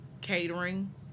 catering